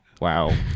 Wow